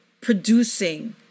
producing